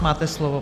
Máte slovo.